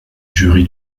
jury